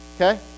Okay